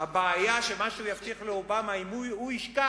הבעיה היא שמה שהוא יבטיח לאובמה הוא ישכח,